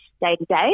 day-to-day